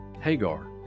Hagar